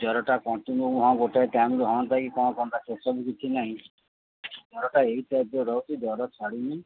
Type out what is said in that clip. ଜ୍ୱରଟା continue ହଁ ଗୋଟାଏ ଟାଇମ୍ରୁ ହଅନ୍ତା କି କ'ଣ କରନ୍ତା ସେସବୁ କିଛି ନାହିଁ ଜ୍ୱରଟା ଏଇ ଟାଇପ୍ ର ରହୁଛି ଜ୍ୱର ଛାଡ଼ୁନି